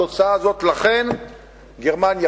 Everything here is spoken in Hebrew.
לכן גרמניה,